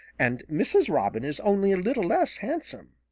and mrs. robin is only a little less handsome.